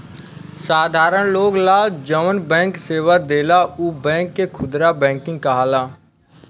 साधारण लोग ला जौन बैंक सेवा देला उ बैंक के खुदरा बैंकिंग कहाला